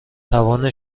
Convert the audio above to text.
توان